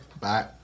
Bye